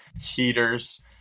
heaters